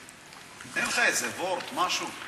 אין לך איזה וורט, משהו?